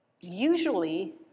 usually